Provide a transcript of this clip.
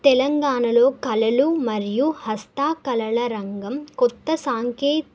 తెలంగాణలో కళలు మరియు హస్తకళల రంగం కొత్త సాంకే